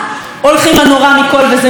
וכאן אנחנו ששים אלי קרב,